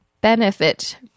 benefit